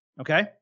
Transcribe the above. Okay